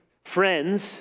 Friends